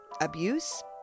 abuse